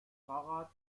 fahrrad